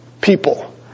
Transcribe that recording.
people